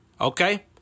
okay